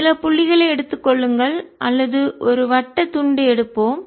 சில புள்ளிகளை எடுத்துக் கொள்ளுங்கள் அல்லது ஒரு வட்ட துண்டு எடுப்போம்